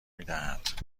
میدهد